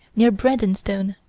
near bredenstone,